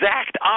exact